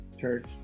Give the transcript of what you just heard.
Church